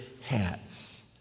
hats